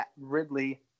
Ridley